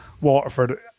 Waterford